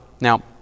Now